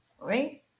right